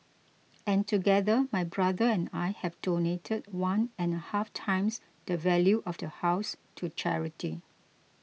and together my brother and I have donated one and a half times the value of the house to charity